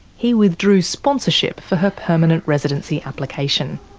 he withdrew sponsorship for her permanent residency application.